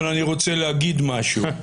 אבל אני רוצה להגיד משהו.